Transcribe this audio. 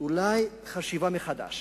אולי חשיבה מחדש